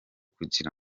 kugira